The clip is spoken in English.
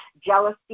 jealousy